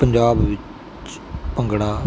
ਪੰਜਾਬ ਵਿੱਚ ਭੰਗੜਾ